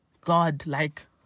God-like